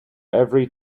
every